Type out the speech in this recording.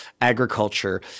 agriculture